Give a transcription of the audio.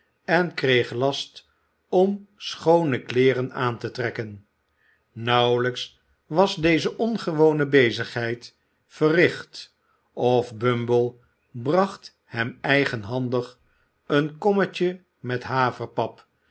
en kreeg last om schoone kleeren aan te trekken nauwelijks was deze ongewone bezigheid verricht of bumble bracht hem eigenhandig een kommetje met